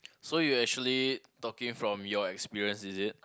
so you actually talking from your experience is it